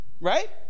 right